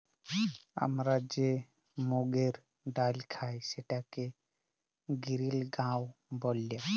আমরা যে মুগের ডাইল খাই সেটাকে গিরিল গাঁও ব্যলে